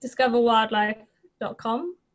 discoverwildlife.com